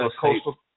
Coastal